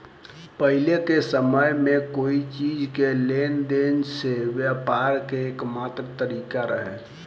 पाहिले के समय में कोई चीज़ के लेन देन से व्यापार के एकमात्र तारिका रहे